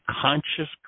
conscious